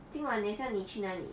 今晚等下你去哪里